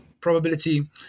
probability